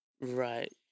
Right